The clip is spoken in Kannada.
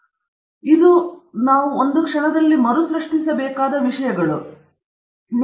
ಆದ್ದರಿಂದ ಇವುಗಳು ನಾವು ಒಂದು ಕ್ಷಣದಲ್ಲಿ ಮರುಸೃಷ್ಟಿಸಬೇಕಾದ ವಿಷಯಗಳು ಆದರೆ ನಾನು ನಿಮಗೆ ಯಾವುದೇ ಸಂದರ್ಭದಲ್ಲಿ ಹೇಳುತ್ತೇನೆ